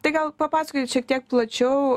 tai gal papasakokit šiek tiek plačiau